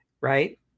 right